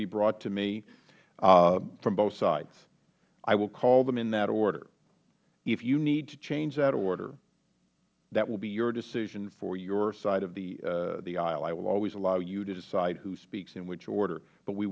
brought to me from both sides i will call them in that order if you need to change that order that will be your decision for your side of the aisle i will always allow you to decide who speaks in which order but we